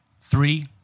Three